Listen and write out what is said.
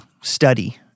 study